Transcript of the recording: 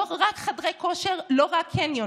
לא רק חדרי כושר, לא רק קניונים,